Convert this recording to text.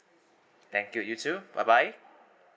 thank you you too bye bye